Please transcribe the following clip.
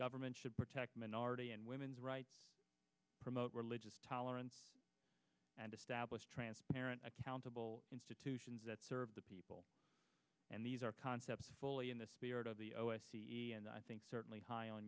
government should protect minority and women's rights promote religious tolerance and establish transparent accountable institutions that serve the people and these are concepts fully in the spirit of the o s c and i think certainly high on